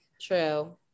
true